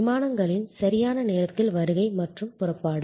விமானங்களின் சரியான நேரத்தில் வருகை மற்றும் புறப்பாடு